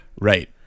right